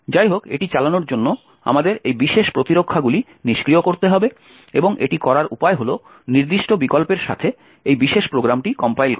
যাইহোক এটি চালানোর জন্য আমাদের এই বিশেষ প্রতিরক্ষাগুলি নিষ্ক্রিয় করতে হবে এবং এটি করার উপায় হল নির্দিষ্ট বিকল্পের সাথে এই বিশেষ প্রোগ্রামটি কম্পাইল করা